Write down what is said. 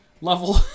level